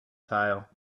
tile